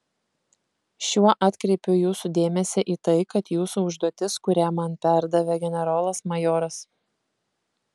šiuo atkreipiu jūsų dėmesį į tai kad jūsų užduotis kurią man perdavė generolas majoras